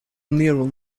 neural